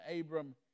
Abram